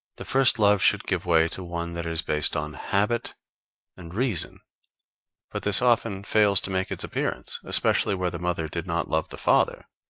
the first love should give way to one that is based on habit and reason but this often fails to make its appearance, especially where the mother did not love the father.